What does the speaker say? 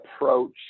approach